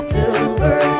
Silver